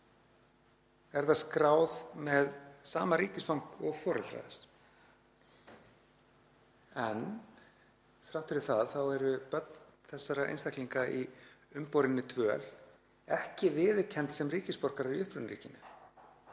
er það skráð með sama ríkisfang og foreldrar þess en þrátt fyrir það eru börn þessara einstaklinga í umborinni dvöl ekki viðurkennd sem ríkisborgarar í upprunaríkinu